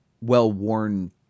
well-worn